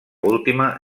última